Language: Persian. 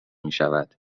میشود